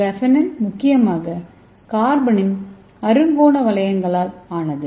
கிராபெனின் முக்கியமாக கார்பனின் அறுகோண வளையங்களால் ஆனது